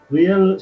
Real